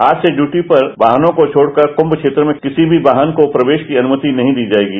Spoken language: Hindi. आज से इयटी पर वाहनों को छोड़कर कम्म क्षेत्र में किसी भी वाहन को प्रवेश की अनुमति नहीं दी जायेगी